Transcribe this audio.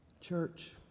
Church